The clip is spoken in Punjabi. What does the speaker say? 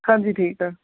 ਹਾਂਜੀ ਠੀਕ ਆ